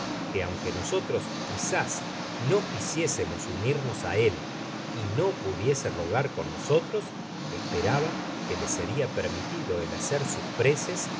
que aunque nosotros quizás no quisiésemos unirnos á él y no pudiese rogar con nosotros esperaba que le seria permitido el hacer sus preces